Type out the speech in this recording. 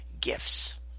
gifts